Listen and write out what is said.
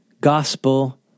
gospel